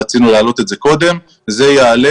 רצינו להעלות את זה קודם אבל מחר זה יעלה.